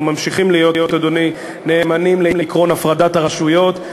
אנחנו ממשיכים להיות נאמנים לעקרון הפרדת הרשויות.